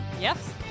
Yes